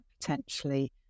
potentially